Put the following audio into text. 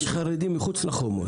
יש חרדים מחוץ לחומות.